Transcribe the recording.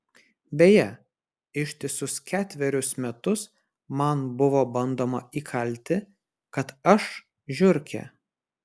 beje ištisus ketverius metus man buvo bandoma įkalti kad aš žiurkė